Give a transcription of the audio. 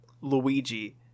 Luigi